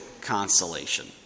consolation